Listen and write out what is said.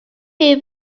hear